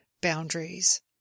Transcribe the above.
boundaries